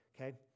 Okay